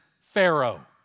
Pharaoh